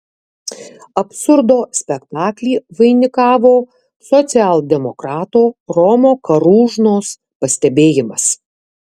absurdo spektaklį vainikavo socialdemokrato romo karūžnos pastebėjimas